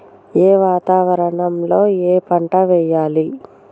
ఏ వాతావరణం లో ఏ పంట వెయ్యాలి?